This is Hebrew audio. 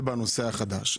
זה בנוגע לנושא החדש.